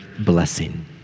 blessing